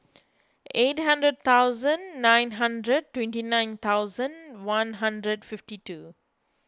eight hundred thousand nine hundred twenty nine thousand one hundred fifty two